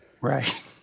Right